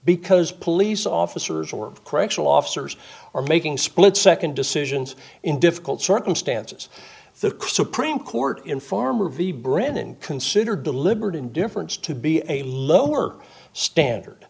because police officers or correctional officers are making split nd decisions in difficult circumstances the supreme court in farmer v brennan considered deliberate indifference to be a lower standard